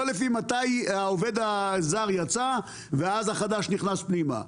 לא לפי מתי העובד הזר יצא ואז החדש נכנס פנימה.